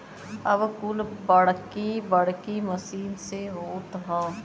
अब कुल बड़की बड़की मसीन से होत हौ